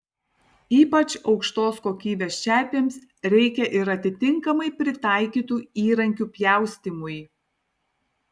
ypač aukštos kokybės čerpėms reikia ir atitinkamai pritaikytų įrankių pjaustymui